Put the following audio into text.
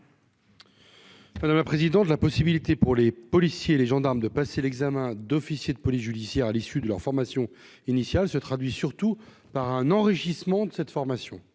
Madame la président de la possibilité pour les policiers et les gendarmes de passer l'examen d'officiers de police judiciaire à l'issue de leur formation initiale se traduit surtout par un enrichissement de cette formation,